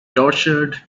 tortured